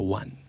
one